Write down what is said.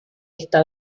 esta